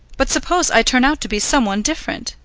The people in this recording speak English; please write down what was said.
but suppose i turn out to be some one different.